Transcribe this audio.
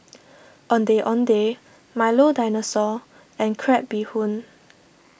Ondeh Ondeh Milo Dinosaur and Crab Bee Hoon